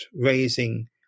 raising